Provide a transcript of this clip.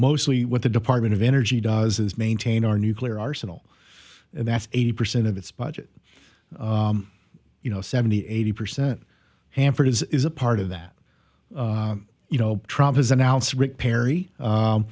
mostly what the department of energy does is maintain our nuclear arsenal that's eighty percent of its budget you know seventy eighty percent hanford is a part of that you know trump has announced rick perry